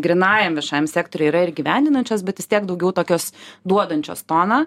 grynajam viešajam sektoriui yra ir gyvendinančios bet vis tiek daugiau tokios duodančios toną